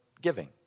giving